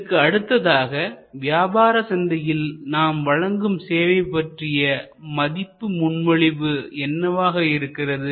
இதற்கு அடுத்ததாக வியாபார சந்தையில் நாம் வழங்கும் சேவை பற்றிய மதிப்பு முன்மொழிவு என்னவாக இருக்கிறது